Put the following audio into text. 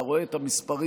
אתה רואה את המספרים.